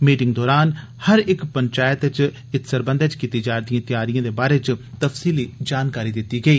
meeting दौरान हर इक पंचैत च इत सरबंधै च कीती जा'रदिए तैयारिएं दे बारै च तफसीली जानकारी दित्ती गेई